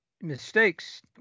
mistakes